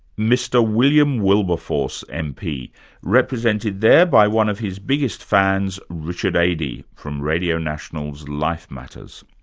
mr william wilberforce, mp represented there by one of his biggest fans, richard aedy from radio national's life matters.